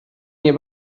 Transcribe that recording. nie